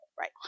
Right